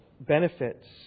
benefits